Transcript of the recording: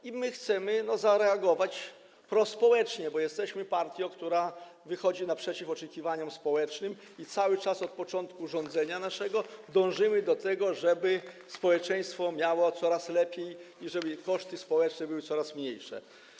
I chcemy zareagować prospołecznie, bo jesteśmy partią, która wychodzi naprzeciw oczekiwaniom społecznym, i cały czas od początku naszego rządzenia dążymy do tego, żeby społeczeństwo miało coraz lepiej i żeby koszty społeczne były coraz mniejsze.